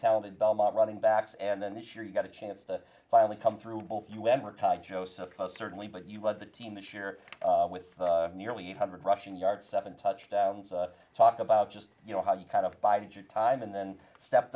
talented belmont running backs and then this year you got a chance to finally come through both un were tied joseph certainly but you led the team this year with nearly eight hundred rushing yards seven touchdowns talk about just you know how you kind of bide your time and then stepped